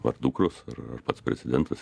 ar dukros ar pats prezidentas